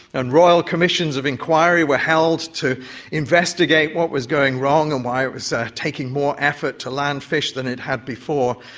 and royal commissions of inquiry were held to investigate what was going wrong and why it was taking more effort to land fish than it had before.